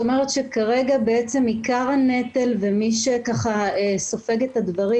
זאת אומרת שכרגע בעצם עיקר הנטל ומי שסופג את הדברים